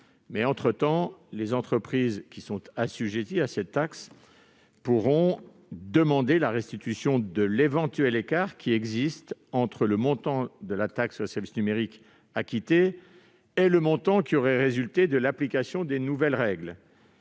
Entre-temps, les entreprises assujetties à cette taxe pourront demander la restitution de l'éventuel écart entre le montant de la taxe acquitté et le montant qui aurait résulté de l'application des nouvelles règles.